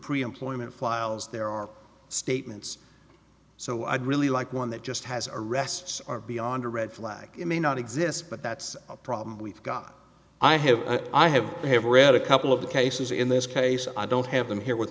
pre employment files there are statements so i'd really like one that just has arrests are beyond a red flag it may not exist but that's a problem we've got i have i have i have read a couple of the cases in this case i don't have them here with